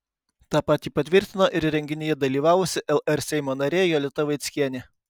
tą patį patvirtino ir renginyje dalyvavusi lr seimo narė jolita vaickienė